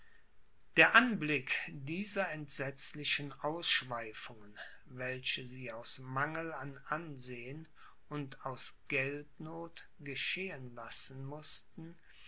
der anblick dieser entsetzlichen ausschweifungen welche sie aus mangel an ansehen und aus geldnoth geschehen lassen mußten